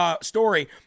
story